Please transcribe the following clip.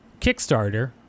Kickstarter